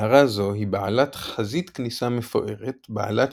מערה זו היא בעלת חזית כניסה מפוארת בעלת